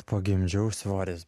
pagimdžiau svoris